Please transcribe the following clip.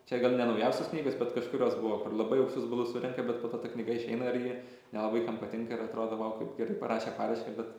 čia gal ne naujausios knygos bet kažkurios buvo labai aukštus balus surenka bet po to ta knyga išeina ir ji nelabai kam patinka ir atrodo o gerai parašė paraišką bet